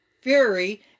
fury